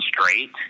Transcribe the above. straight